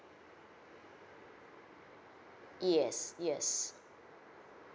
yes yes